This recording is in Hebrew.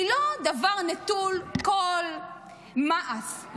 היא לא דבר נטול כל מעש,